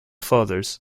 fathers